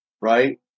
right